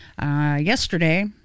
Yesterday